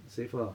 safer ah